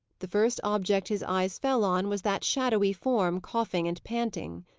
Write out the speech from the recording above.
the first object his eyes fell on was that shadowy form, coughing and panting.